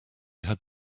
had